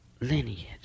lineage